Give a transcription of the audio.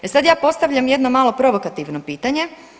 E sad ja postavljam jedno malo provokativno pitanje.